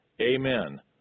Amen